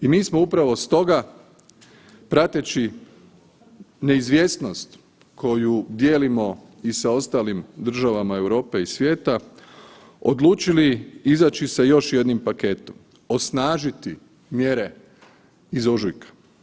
I mi smo upravo stoga prateći neizvjesnost koju dijelimo i sa ostalim državama Europe i svijeta odlučili izaći sa još jednim paketom, osnažiti mjere iz ožujka.